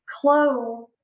clove